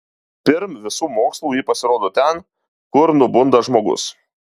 pirm visų mokslų ji pasirodo ten kur nubunda žmogus